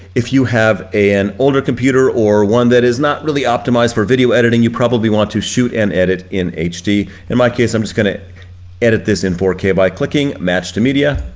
if you have an older computer or one that is not really optimized for video editing, you probably want to shoot and edit in hd. in my case, i'm just gonna edit this in four k by clicking match to media.